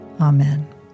Amen